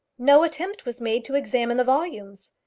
no attempt was made to examine the volumes.